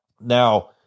Now